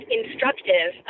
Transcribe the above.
instructive